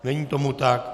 Není tomu tak.